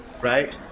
right